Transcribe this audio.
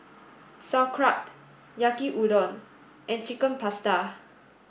Sauerkraut Yaki Udon and Chicken Pasta